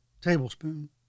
tablespoon